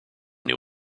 new